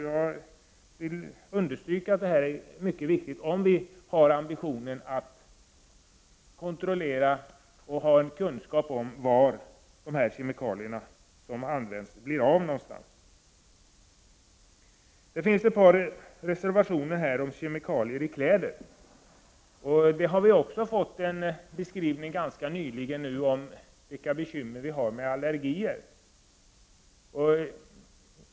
Jag vill understryka att detta är mycket viktigt, om vi har ambitionen att kontrollera och ha kunskap om var de kemikalier som används blir av. Det finns ett par reservationer som handlar om kemikalier i kläder. Vi har ganska nyligen fått en beskrivning av bekymren med allergier.